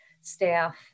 staff